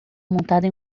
montando